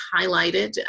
highlighted